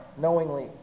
knowingly